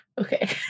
Okay